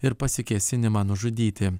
ir pasikėsinimą nužudyti